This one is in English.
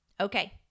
Okay